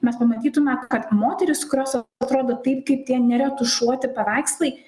mes pamatytume kad moterys kurios atrodo taip kaip tie neretušuoti paveikslai